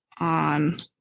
on